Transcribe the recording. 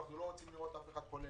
אנחנו לא רוצים לראות אף אחד חולה,